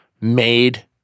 made